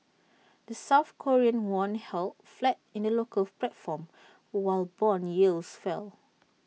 the south Korean won held flat in the local platform while Bond yields fell